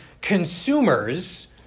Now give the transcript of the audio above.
consumers